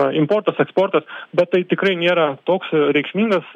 importas eksportas bet tai tikrai nėra toks reikšmingas